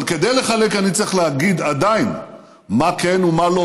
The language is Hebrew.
אבל כדי לחלק אני צריך להגיד עדיין מה כן ומה לא,